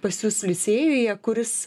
pas jus licėjuje kuris